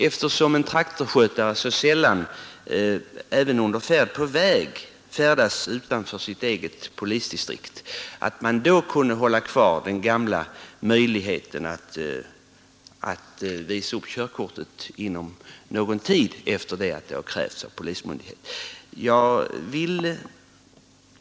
Eftersom en traktorskötare mycket sällan, även under färd på väg, färdas utanför sitt eget polisdistrikt skulle man kanske också kunna behålla den gamla möjligheten att visa upp körkortet inom någon tid efter det att krav därom har gjorts av polismyndigheten.